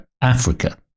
Africa